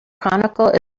chronicle